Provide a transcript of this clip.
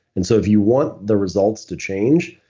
and so if you want the results to change,